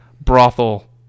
brothel